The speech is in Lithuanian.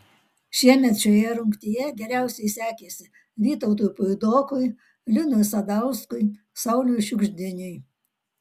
šiemet šioje rungtyje geriausiai sekėsi vytautui puidokui linui sadauskui sauliui šiugždiniui